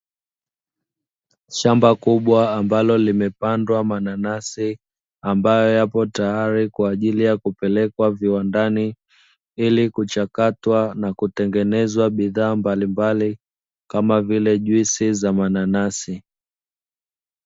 Shamba kubwa ambalo limepandwa mananasi, ambayo yapo tayari kwa ajili ya kupelekwa viwandani ili kuchakatwa na kutengenezwa bidhaa mbalimbali kama vile juisi za mananasi.